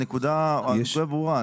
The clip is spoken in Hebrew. הנקודה ברורה.